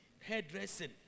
Hairdressing